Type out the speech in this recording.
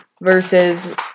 versus